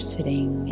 Sitting